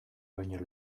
baino